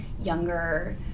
younger